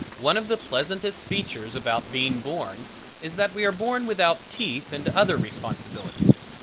one of the pleasantest features about being born is that we are born without teeth and other responsibilities.